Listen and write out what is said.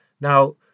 Now